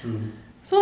mm